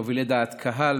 מובילי דעת קהל,